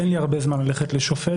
אין לי הרבה זמן ללכת לשופט.